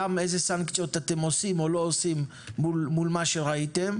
איזה סנקציות אתם עושים או לא עושים מול מה שראיתם.